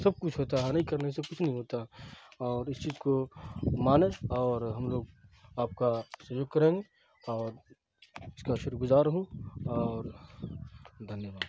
سب کچھ ہوتا ہے نہیں کرنے سے کچھ نہیں ہوتا اور اس چیز کو مانیں اور ہم لوگ آپ کا سہیوگ کریں گے اور اس کا شکر گزار ہوں اور دھنیہ واد